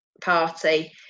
party